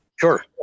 Sure